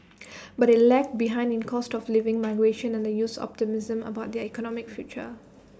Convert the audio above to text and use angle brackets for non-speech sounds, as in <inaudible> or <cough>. <noise> but IT lagged behind in cost of living <noise> migration and the youth's optimism about their economic future